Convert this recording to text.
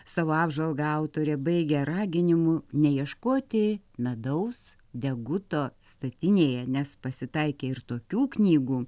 savo apžvalgą autorė baigia raginimu neieškoti medaus deguto statinėje nes pasitaikė ir tokių knygų